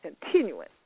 continuing